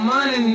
Money